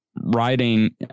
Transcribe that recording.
writing